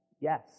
yes